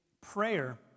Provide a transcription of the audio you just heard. prayer